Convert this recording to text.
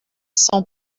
cent